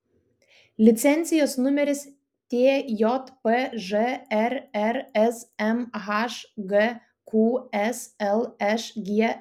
licenzijos numeris tjpž rrzm hgqs lšgn